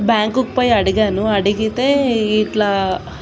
బ్యాంకుకి పోయి అడిగాను అడిగితే ఇట్లా